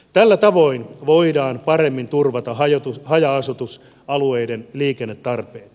tällä tavoin voidaan paremmin turvata haja asutusalueiden liikennetarpeet